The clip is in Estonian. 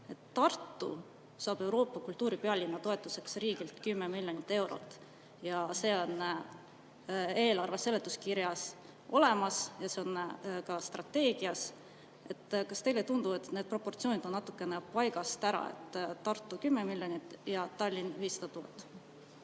Tartu saab Euroopa kultuuripealinna toetuseks riigilt 10 miljonit eurot – see on eelarve seletuskirjas olemas ja see on ka strateegias. Kas teile ei tundu, et need proportsioonid – Tartu 10 miljonit ja Tallinn 500 000